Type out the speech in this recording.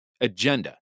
agenda